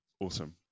Awesome